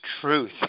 truth